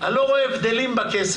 אני לא רואה הבדלים בכסף,